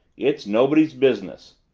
it's nobody's business.